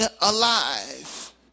alive